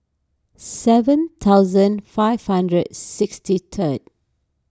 seven thousand five hundred sixty third